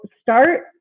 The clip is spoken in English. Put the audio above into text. start